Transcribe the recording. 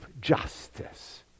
justice